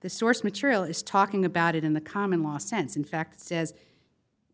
the source material is talking about it in the common law sense in fact says